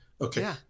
Okay